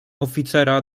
oficera